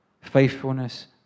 faithfulness